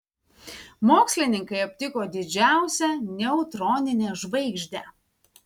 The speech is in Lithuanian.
mokslininkai aptiko didžiausią neutroninę žvaigždę